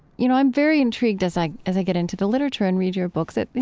you know, i'm very intrigued, as i as i get into the literature and read your books, that,